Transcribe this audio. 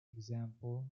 example